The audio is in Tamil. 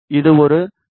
இது ஒரு யூ